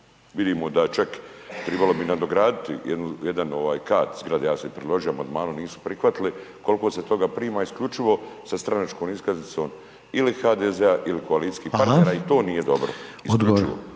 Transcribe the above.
vidimo da čak, tribalo bi nadograditi jedan kat zgrade, ja sam i predložio amandmanom, nisu prihvatili, koliko se toga prima isključivo sa stranačkom iskaznicom ili HDZ-a ili koalicijskih partnera…/Upadica: Hvala/…i